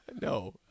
No